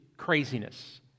craziness